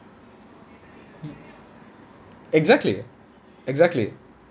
mm exactly exactly